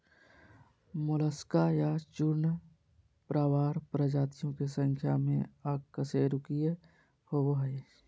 Mollusca या चूर्णप्रावार प्रजातियों के संख्या में अकशेरूकीय होबो हइ